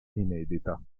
inedita